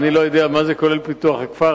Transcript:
אני לא יודע מה כולל פיתוח הכפר,